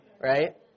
right